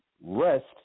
rest